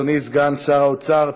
אדוני סגן שר האוצר,